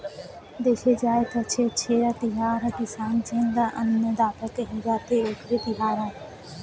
देखे जाए त छेरछेरा तिहार ह किसान जेन ल अन्नदाता केहे जाथे, ओखरे तिहार आय